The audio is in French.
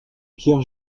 pierre